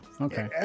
okay